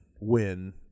win